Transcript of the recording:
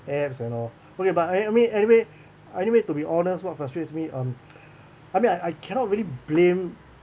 apps and all okay but I mean I mean anyway to be honest what frustrates me um I mean I I cannot really blame